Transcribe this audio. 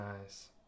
nice